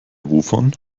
wovon